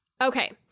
Okay